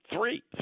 Three